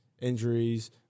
injuries